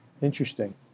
Interesting